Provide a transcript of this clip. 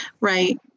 Right